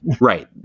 right